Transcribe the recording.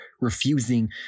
refusing